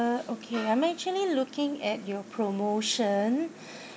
okay I'm actually looking at your promotion